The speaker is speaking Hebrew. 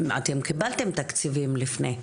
אתם קיבלתם תקציבים לפני,